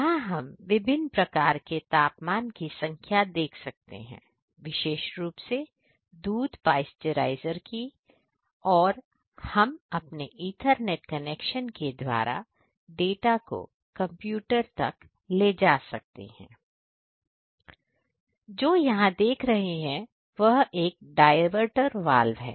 यहां हम विभिन्न प्रकार के तापमान की संख्या देख सकते हैं विशेष रूप से दूध पाश्चराइजर की भी और हम अपने इथरनेट कनेक्शन के द्वारा डाटा को कंप्यूटर तक ले जा सकते हैं जो यहां देख रहे हैं वह एक डायवर्टर वाल्व है